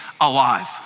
alive